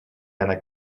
яна